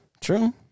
True